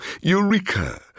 Eureka